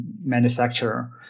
manufacturer